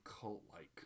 cult-like